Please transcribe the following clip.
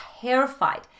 terrified